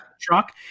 truck